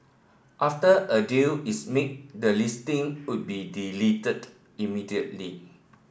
after a deal is made the listing would be deleted immediately